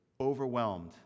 overwhelmed